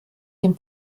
dem